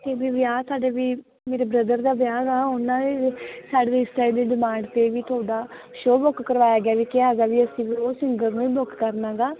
ਕਿ ਵੀ ਵਿਆਹ ਸਾਡੇ ਵੀ ਮੇਰੇ ਬ੍ਰਦਰ ਦਾ ਵਿਆਹ ਗਾ ਉਹਨਾਂ ਨੇ ਸਾਡੀ ਰਿਸ਼ਤੇਦਾਰਾਂ ਦੀ ਡਿਮਾਂਡ 'ਤੇ ਵੀ ਤੁਹਾਡਾ ਸ਼ੋਅ ਬੁੱਕ ਕਰਵਾਇਆ ਗਿਆ ਵੀ ਕਿਹਾ ਹੈਗਾ ਵੀ ਅਸੀਂ ਉਹ ਸਿੰਗਰ ਨੂੰ ਹੀ ਬੁੱਕ ਕਰਨਾ ਗਾ